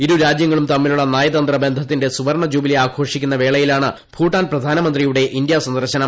ഇരു രാജ്യങ്ങളും തമ്മിലുള്ള ന്റയ്ന്നുന്ത ബന്ധത്തിന്റെ സുവർണ ജൂബിലി ആഘോഷിക്കുന്നു വേളയിലാണ് ഭൂട്ടാൻ പ്രധാന മന്ത്രിയുടെ ഇന്ത്യാ സ്കന്ദർശനം